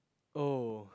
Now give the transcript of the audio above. oh